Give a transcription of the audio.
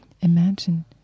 Imagine